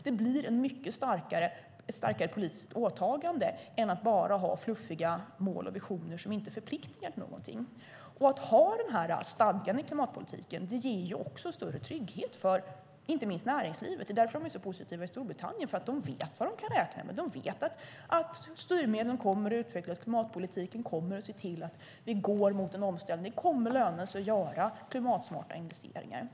Det blir ett mycket starkare politiskt åtagande än att bara ha fluffiga mål och visioner som inte förpliktar till någonting. Att ha den här stadgan i klimatpolitiken ger också större trygghet, inte minst för näringslivet. Det är därför de är så positiva i Storbritannien. De vet nämligen vad de kan räkna med. De vet att styrmedlen kommer att utvecklas, att klimatpolitiken kommer att se till att vi går mot en omställning och att det kommer att löna sig att göra klimatsmarta investeringar.